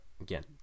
again